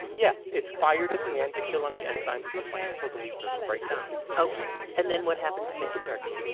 yeah it's fired at the end to kill any enzymes in the plant so the leaf doesn't break down and then what happens to make it dark tea?